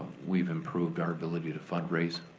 we've improved our ability to fund-raise,